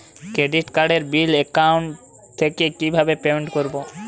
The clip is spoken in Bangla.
ক্রেডিট কার্ডের বিল অ্যাকাউন্ট থেকে কিভাবে পেমেন্ট করবো?